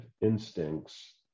instincts